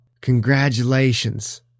Congratulations